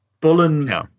Bullen